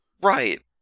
Right